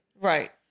right